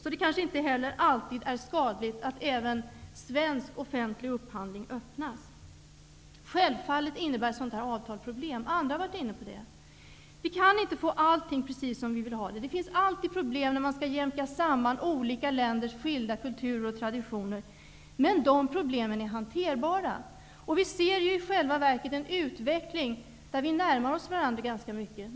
Det är kanske inte alltid är skadligt att även svensk offentlig upphandling öppnas. Självfallet innebär ett sådant avtal problem. Andra har varit inne på det. Vi kan inte få allting precis som vi vill ha det. Det finns alltid problem när man skall jämka samman olika länders skilda kulturer och traditioner, men de problemen är hanterbara. Vi ser i själva verket en utveckling där vi närmar oss varandra ganska mycket.